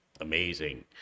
amazing